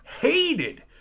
hated